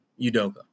Udoka